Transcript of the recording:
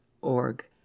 org